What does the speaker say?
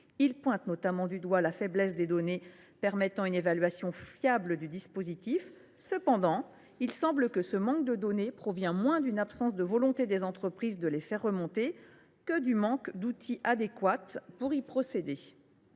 Il pointe notamment la faiblesse des données qui en permettraient une évaluation fiable. Cependant, il semble que ce manque de données provienne moins d’une absence de volonté des entreprises de les faire remonter que du manque d’outils adéquats pour y procéder.